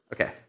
Okay